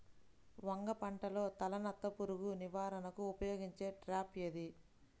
వంగ పంటలో తలనత్త పురుగు నివారణకు ఉపయోగించే ట్రాప్ ఏది?